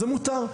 זה מותר.